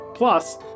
Plus